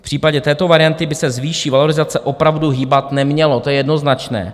V případě této varianty by se s výší valorizace opravdu hýbat nemělo, to je jednoznačné.